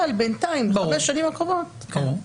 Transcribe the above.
אבל בינתיים בחמש השנים הקרובות --- ברור.